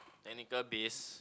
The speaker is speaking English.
technical base